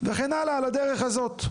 וכן הלאה, על הדרך הזאת.